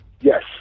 Yes